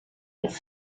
auf